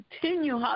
continue